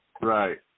Right